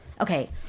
Okay